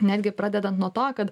netgi pradedant nuo to kad